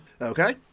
Okay